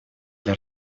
для